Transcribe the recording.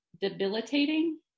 debilitating